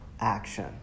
action